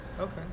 Okay